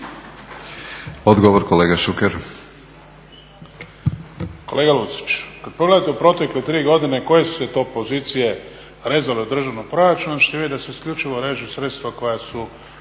Odgovor kolega Šuker.